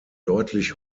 deutlich